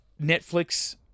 Netflix